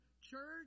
church